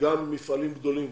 גם מפעלים גדולים.